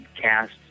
cast